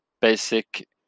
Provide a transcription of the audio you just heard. basic